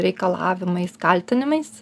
reikalavimais kaltinimais